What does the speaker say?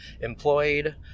employed